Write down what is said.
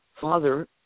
father –